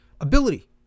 ability